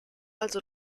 also